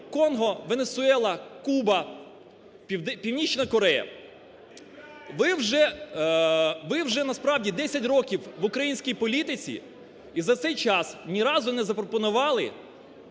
Конго, Венесуела, Куба, Північна Корея. Ви вже, насправді, 10 років в українській політиці і за цей час ні разу не запропонували